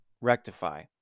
rectify